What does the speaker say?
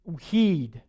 heed